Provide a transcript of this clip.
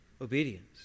Obedience